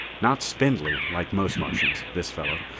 not spindly, like most martians, this fellow,